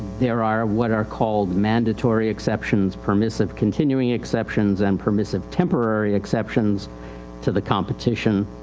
there are what are called mandatory exceptions permissive, continuing exceptions, and permissive temporary exceptions to the competition.